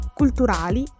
culturali